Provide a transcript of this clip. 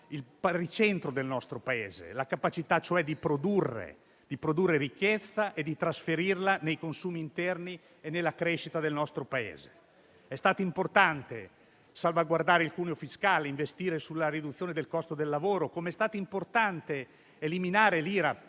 il baricentro del nostro Paese, la capacità cioè di produrre ricchezza e di trasferirla nei consumi interni e nella crescita del nostro Paese. È stato importante salvaguardare il cuneo fiscale e investire sulla riduzione del costo del lavoro, come è stato importante eliminare l'IRAP